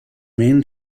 main